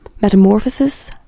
Metamorphosis